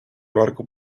barco